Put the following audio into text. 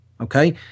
okay